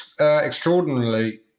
extraordinarily